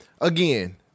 again